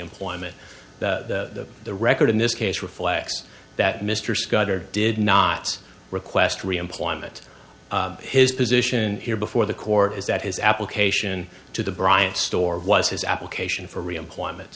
employment the the record in this case reflects that mr scudder did not request reemployment his position here before the court is that his application to the bryant store was his application for reemployment